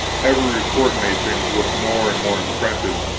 every report made things look more and more impressive.